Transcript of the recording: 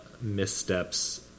missteps